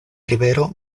rivero